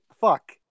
fuck